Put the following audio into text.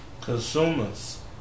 Consumers